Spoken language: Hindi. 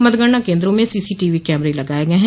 मतगणना केन्द्रों में सीसी टीवी कैमरे लगाये गये हैं